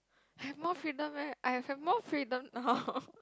I have more freedom eh I have more freedom now